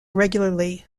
regularly